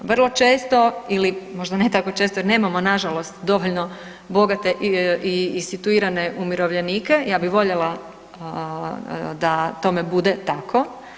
Vrlo često ili možda ne tako često jer nemamo na žalost dovoljno bogate i situirane umirovljenike, ja bih voljela da tome bude tako.